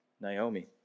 Naomi